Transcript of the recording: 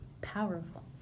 Powerful